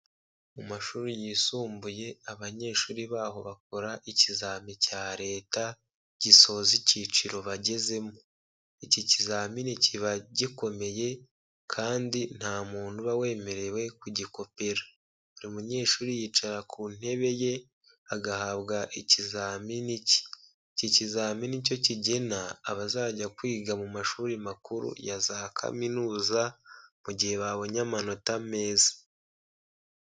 Mu mashuri yisumbuye, abanyeshuri baho bakora ikizamini cya Leta gisoza icyiciro bagezemo, iki kizamini kiba gikomeye kandi nta muntu uba wemerewe kugikopera, buri munyeshuri yicara ku ntebe ye, agahabwa ikizamini cye, iki kizami ni cyo kigena abazajya kwiga mu mashuri makuru ya za kaminuza mu gihe babonye amanota meza.